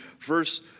verse